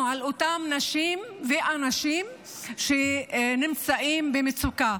על אותם נשים ואנשים שנמצאים במצוקה.